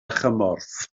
chymorth